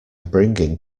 bringing